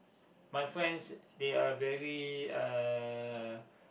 my friends they are very uh